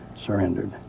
surrendered